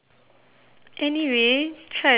anyway try to think of something